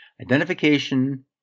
Identification